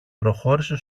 προχώρησε